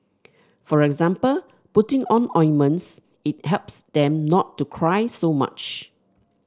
for example putting on ointments it helps them not to cry so much